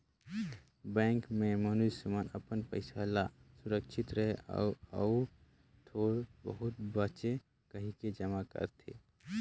bank में मइनसे मन अपन पइसा ल सुरक्छित रहें अउ अउ थोर बहुत बांचे कहिके जमा करथे